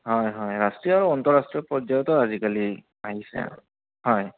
হয় হয় ৰাষ্ট্ৰীয় আৰু আন্তঃৰাষ্ট্ৰীয় পৰ্যায়ত আজিকালি আহিছে আৰু হয়